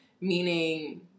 Meaning